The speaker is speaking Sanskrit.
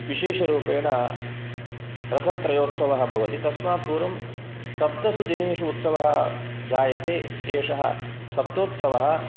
विशेषरूपेण रथत्रयोत्सवः भवति तस्मात् पूर्वं सप्तसु दिनेषु उत्सवः जायते एषः सप्तोत्सवः